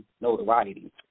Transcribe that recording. notoriety